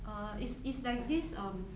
ah it's it's like this um